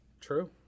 true